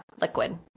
liquid